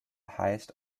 highest